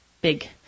big